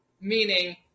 meaning